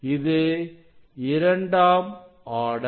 இது இரண்டாம் ஆர்டர்